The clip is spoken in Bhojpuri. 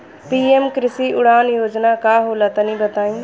पी.एम कृषि उड़ान योजना का होला तनि बताई?